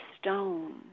stone